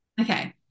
okay